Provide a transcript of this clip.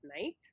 night